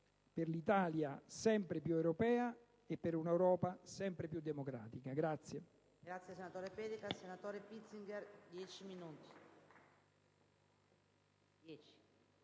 per un'Italia sempre più europea e per un'Europa sempre più democratica.